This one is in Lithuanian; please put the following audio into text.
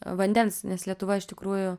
vandens nes lietuva iš tikrųjų